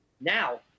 Now